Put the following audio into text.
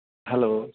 hello